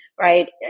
right